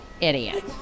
idiot